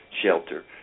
shelter